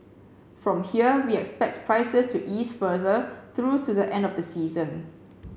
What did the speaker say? from here we expect prices to ease further through to the end of the season